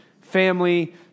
family